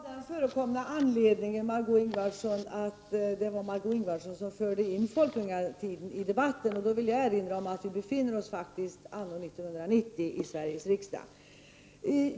Herr talman! Det var på den förekomna anledningen att Margö Ingvardsson förde in folkungatiden i debatten som jag ville erinra om att vi befinner oss i Sveriges riksdag anno 1990.